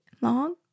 long